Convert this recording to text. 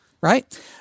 right